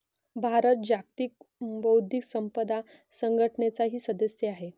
भारत जागतिक बौद्धिक संपदा संघटनेचाही सदस्य आहे